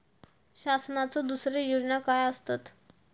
शासनाचो दुसरे योजना काय आसतत?